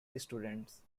students